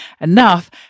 enough